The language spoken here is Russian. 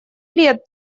лет